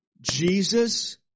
Jesus